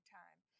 time